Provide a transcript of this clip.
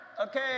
Okay